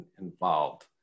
involved